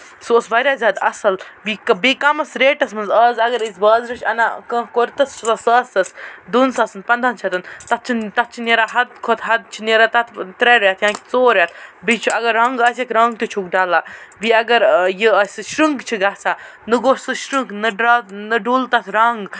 سُہ اوس واریاہ زیادٕ اَصٕل بیٚیہِ کَمَس رٮ۪ٹَس منٛز آز اَگر أسۍ بازرٕ چھِ اَنان کانہہ کُرتہٕ سُہ چھُ آسان ساسس دوٚن اسَن پَندہَن شَتَن تَتھ چھُنہٕ تَتھ چھُنہٕ نٮ۪ران حدٕ کھۄتہٕ حد چھِ نٮ۪ران تَتھ ترے ہَفتہٕ یا ژور رٮ۪تھ بیٚیہِ چھُ اَگر رَنگ آسٮ۪کھ رَنگ تہِ چھُکھ ڈَلان بیٚیہِ اَگر یہِ آسہِ شرک تہِ چھِ گژھان نہ گوٚو سُہ شرنک نہ دراو نہ ڈوٚل تَتھ رَنگ